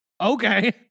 Okay